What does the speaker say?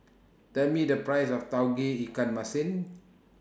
Tell Me The Price of Tauge Ikan Masin